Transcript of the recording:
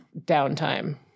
downtime